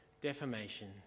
defamation